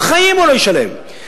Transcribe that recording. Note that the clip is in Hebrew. בחיים הוא לא ישלם.